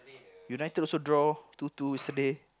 United also draw two two yesterday